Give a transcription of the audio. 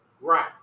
Right